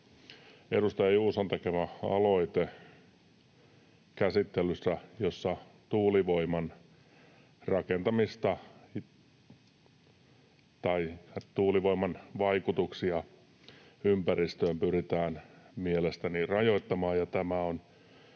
edustaja Juuson tekemä aloite, jossa tuulivoiman rakentamista tai tuulivoiman vaikutuksia ympäristöön pyritään mielestäni rajoittamaan,